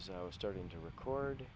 as i was starting to record